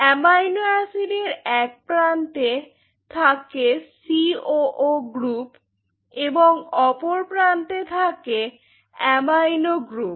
amino অ্যাসিডের এক প্রান্তে থাকে সি ও ও গ্রুপ এবং অপর প্রান্তে থাকে অ্যামাইনো গ্রুপ